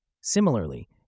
Similarly